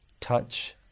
touch